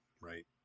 right